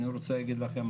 אני רוצה להגיד לכם,